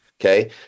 Okay